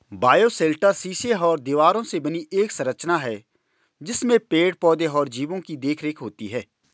bioshelter शीशे और दीवारों से बनी एक संरचना है जिसमें पेड़ पौधे और जीवो की देखरेख होती है